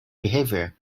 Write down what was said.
behavior